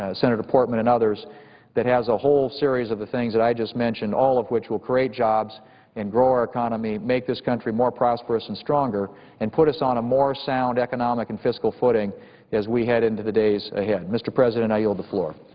ah senator portman and others that has a whole series of the things that i just mentioned, all of which will create jobs and grow our economy, make this country more prosperous and stronger and put us on a more sound economic and fiscal footing as we head into the days ahead. mr. president, i yield the floor.